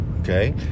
okay